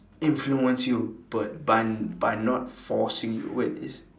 influence you but by by not forcing you wait it's